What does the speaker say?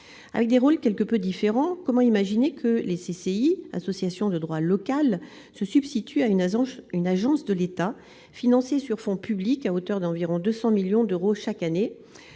Avec des rôles quelque peu différents, comment imaginer que ces CCI, associations de droit local, se substituent à une agence de l'État, financée sur fonds publics à hauteur d'environ 200 millions d'euros chaque année ?